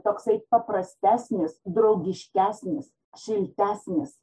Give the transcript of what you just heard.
toksai paprastesnis draugiškesnis šiltesnis